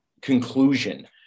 conclusion